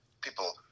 People